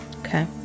Okay